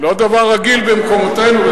לא דבר רגיל במקומותינו,